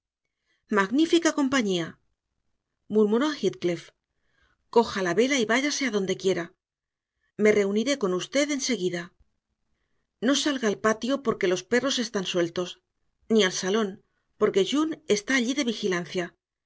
magnifica compañía murmuró heathcliff coja la vela y váyase a donde quiera me reuniré con usted enseguida no salga al patio porque los perros están sueltos ni al salón porque june está allí de vigilancia